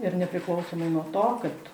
ir nepriklausomai nuo to kad